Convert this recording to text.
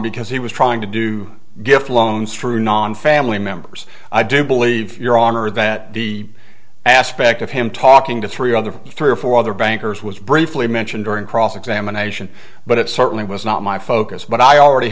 because he was trying to do gift loans through non family members i do believe your armor that the aspect of him talking to three other three or four other bankers was briefly mentioned during cross examination but it certainly was not my focus but i already